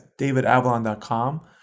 davidavalon.com